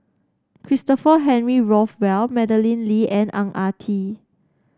Christopher Henry Rothwell Madeleine Lee and Ang Ah Tee